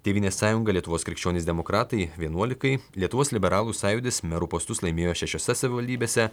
tėvynės sąjunga lietuvos krikščionys demokratai vienuolikai lietuvos liberalų sąjūdis merų postus laimėjo šešiose savivaldybėse